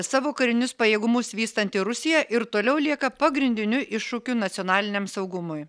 savo karinius pajėgumus vystanti rusija ir toliau lieka pagrindiniu iššūkiu nacionaliniam saugumui